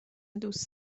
دوست